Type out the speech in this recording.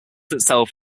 itself